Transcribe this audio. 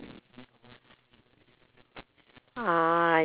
ah